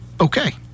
okay